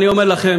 אני אומר לכם,